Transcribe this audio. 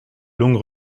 longue